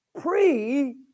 pre